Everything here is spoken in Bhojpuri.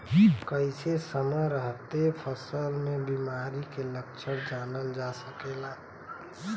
कइसे समय रहते फसल में बिमारी के लक्षण जानल जा सकेला?